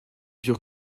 dure